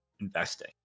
investing